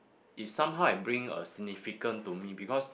is somehow I bring a significant to me because